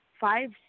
five